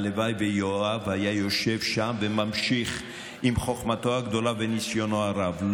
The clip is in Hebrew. הלוואי שיואב היה יושב שם וממשיך עם חוכמתו הגדולה וניסיונו הרב,